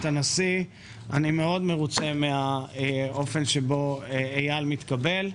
הנשיא אני מרוצה מאוד מן האופן שבו אייל מתקבל.